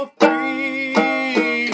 free